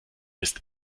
ist